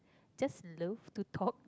just love to talk